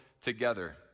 together